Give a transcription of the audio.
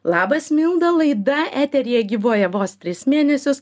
labas milda laida eteryje gyvuoja vos tris mėnesius